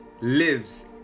lives